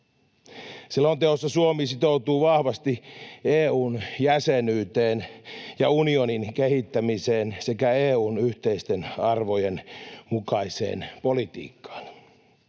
Selonteossa Suomi sitoutuu vahvasti EU:n jäsenyyteen ja unionin kehittämiseen sekä EU:n yhteisten arvojen mukaiseen politiikkaan.